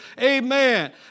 Amen